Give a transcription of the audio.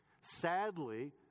Sadly